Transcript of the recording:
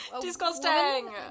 Disgusting